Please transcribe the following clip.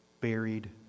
buried